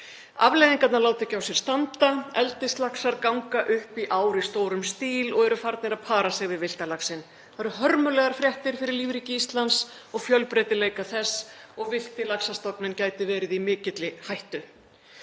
Afleiðingarnar láta ekki á sér standa: Eldislaxar ganga upp í ár í stórum stíl og eru farnir að para sig við villta laxinn. Það eru hörmulegar fréttir fyrir lífríki Íslands og fjölbreytileika þess og villti laxastofninn gæti verið í mikilli hættu.